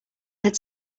had